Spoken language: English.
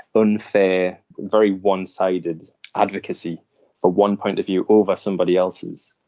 unfair, very one sided advocacy for one point of view over somebody else's,